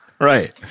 Right